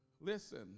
listen